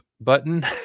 button